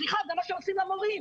סליחה, זה מה שעושים למורים.